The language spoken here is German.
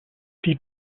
die